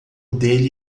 dele